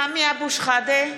(קוראת בשמות חברי הכנסת) סמי אבו שחאדה,